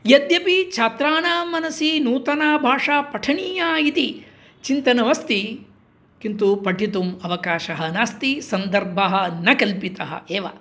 यद्यपि छात्राणां मनसि नूतना भाषा पठनीया इति चिन्तनमस्ति किन्तु पठितुम् अवकाशः नास्ति सन्दर्भः न कल्पितः एव